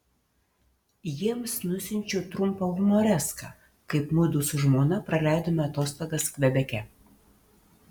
jiems nusiunčiau trumpą humoreską kaip mudu su žmona praleidome atostogas kvebeke